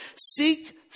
seek